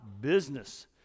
business